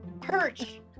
perch